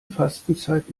fastenzeit